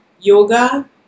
yoga